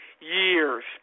years